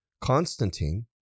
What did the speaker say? Constantine